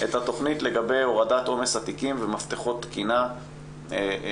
את התוכנית לגבי הורדת עומס התיקים ומפתחות תקינה של